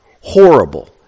horrible